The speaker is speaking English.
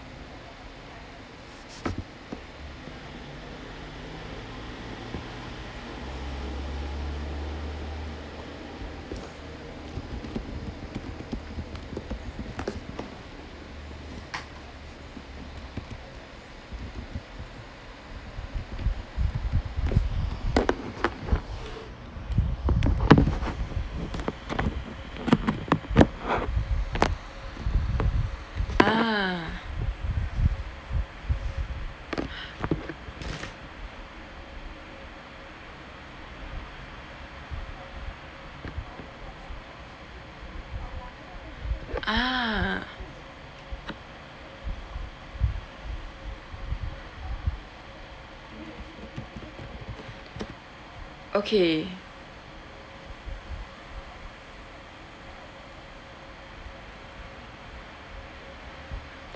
ah ah okay